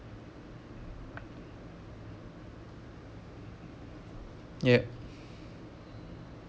yup